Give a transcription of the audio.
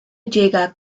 llega